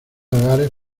hogares